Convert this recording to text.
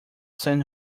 san